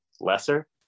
lesser